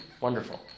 wonderful